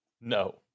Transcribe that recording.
No